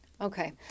Okay